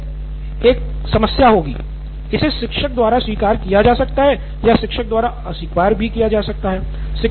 फिर से यहाँ समस्या होगी इसे शिक्षक द्वारा स्वीकार किया जा सकता है या शिक्षक द्वारा अस्वीकार भी किया जा सकता है